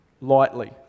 lightly